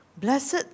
Blessed